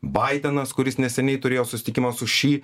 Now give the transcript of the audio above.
baidenas kuris neseniai turėjo susitikimą su ši